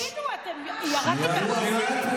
תגידו, ירדתם מהפסים?